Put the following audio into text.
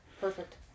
perfect